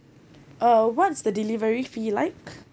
uh what's the delivery fee like